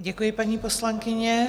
Děkuji, paní poslankyně.